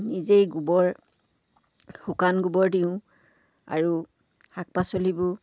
নিজেই গোবৰ শুকান গোবৰ দিওঁ আৰু শাক পাচলিবোৰ